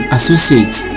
Associates